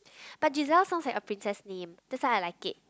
but Giselle sounds like a princess name that's why I like it